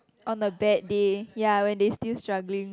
on the bad day ya when they still struggling